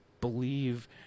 believe